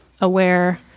aware